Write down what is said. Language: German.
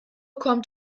kommt